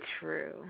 True